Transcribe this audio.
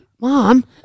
mom